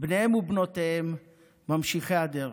ובניהם ובנותיהם ממשיכי הדרך.